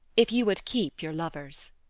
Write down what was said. if you would keep your lovers.